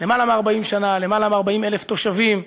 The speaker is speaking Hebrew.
יותר מ-40 שנה, יותר מ-40,000 תושבים.